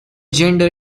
gender